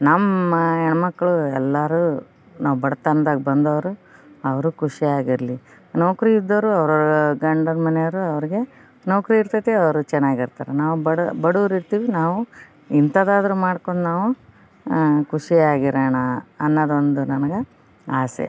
ನಮ್ಮ ಹೆಣ್ಮಕ್ಕಳು ಎಲ್ಲಾರು ನಾವು ಬಡ್ತನ್ದಾಗ ಬಂದವ್ರು ಅವರು ಖುಷಿಯಾಗಿರಲಿ ನೌಕರಿ ಇದ್ದವರು ಅವ್ರವ್ರ ಗಂಡನ ಮನೆಯವರು ಅವ್ರ್ಗೆ ನೌಕರಿ ಇರ್ತೈತಿ ಅವರು ಚೆನ್ನಾಗಿರ್ತಾರೆ ನಾವು ಬಡ ಬಡುವ್ರು ಇರ್ತೀವಿ ನಾವು ಇಂಥದಾದರೂ ಮಾಡ್ಕೊಂಡ್ ನಾವು ಖುಷಿಯಾಗಿರೋಣ ಅನ್ನದೊಂದು ನನ್ಗ ಆಸೆ